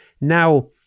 Now